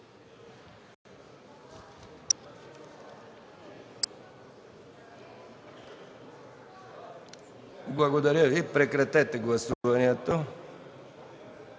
Благодаря Ви, прекратете гласуването